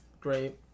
great